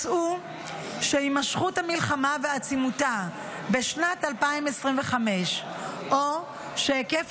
מצאו שהימשכות המלחמה ועצימותה בשנת 2025 או שהיקף